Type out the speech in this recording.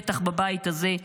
בטח הבית הזה,